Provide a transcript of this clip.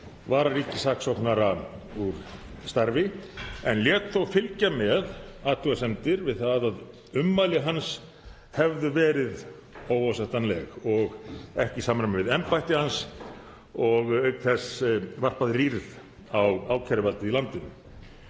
vararíkissaksóknara úr starfi en lét þó fylgja með athugasemdir um að ummæli hans hefðu verið óásættanleg og ekki í samræmi við embætti hans og auk þess varpað rýrð á ákæruvaldið í landinu.